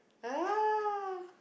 ah